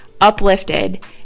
uplifted